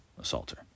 Assaulter